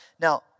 Now